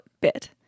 bit